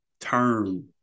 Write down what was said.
term